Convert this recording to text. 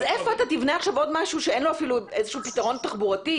אז איפה אתה תבנה עכשיו עוד משהו שאין לו אפילו איזשהו פתרון תחבורתי?